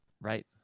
right